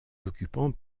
occupants